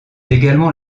également